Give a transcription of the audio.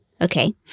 okay